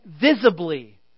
visibly